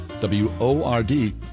W-O-R-D